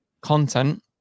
content